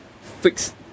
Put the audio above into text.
fix